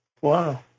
Wow